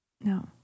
No